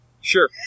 Sure